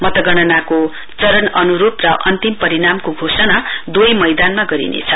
मतगणनाको चरण अनुरुप र अन्तिम परिणामको घोषणा दुवै मैदानमा गरिनेछ